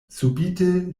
subite